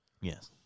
Yes